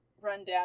rundown